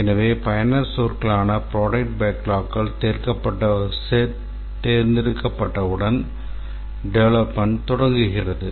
எனவே பயனர் சொற்களான ப்ரோடக்ட் பேக்லாக்கள் தேர்ந்தெடுக்கப்பட்டவுடன் டெவெலப்மெண்ட் தொடங்குகிறது